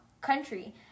country